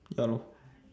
ya lor